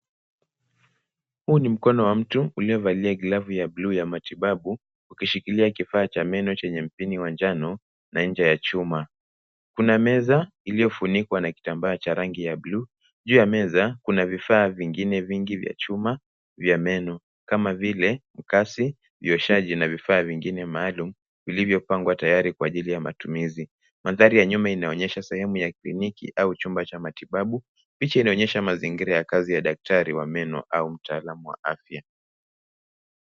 Huu ni mkono wa mtu uliovalia glavu ya buluu ya matibabu ukishikilia kifaa cha meno chenye mpini wa njano na ncha ya chuma. Kuna meza iliyofunikwa na kitambaa cha rangi ya buluu. Juu ya meza kuna vifaa vingine vingi vya chuma vya meno kama vile makasi, vioshaji na vifaa vingine maalum vilivyopangwa tayari kwa ajili ya matumizi. Mandhari ya nyuma inaonyesha sehemu ya kliniki au chumba cha matibabu. Picha inaonyesha mazingira ya daktari wa meno au mataalamu wa afya.